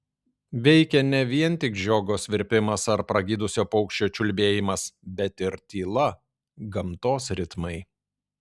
veikė ne vien tik žiogo svirpimas ar pragydusio paukščio čiulbėjimas bet ir tyla gamtos ritmai